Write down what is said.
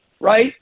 right